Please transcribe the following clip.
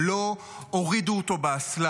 הם לא הורידו אותו באסלה.